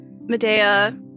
Medea